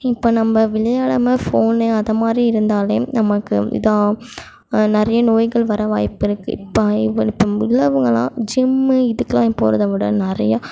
இப்போ நம்ம விளையாடமல் ஃபோனு அதுமாரி இருந்தால் நமக்கு இதான் நிறைய நோய்கள் வர வாய்ப்பு இருக்கு இப்போ உள்ளவங்கள்லாம் ஜிம்மு இதுக்கெல்லாம் போகிறத விட நிறையா